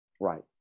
Right